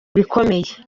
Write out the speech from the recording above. bikomeye